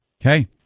Okay